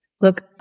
Look